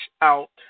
out